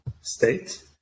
state